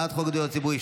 הצעת חוק הדיור הציבורי,